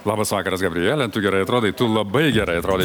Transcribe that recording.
labas vakaras gabriele tu gerai atrodai tu labai gerai atrodai